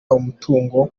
umutungo